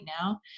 now